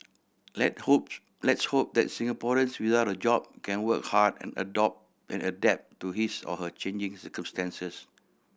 let hope let's hope that Singaporeans without a job can work hard and adopt and adapt to his or her changing circumstances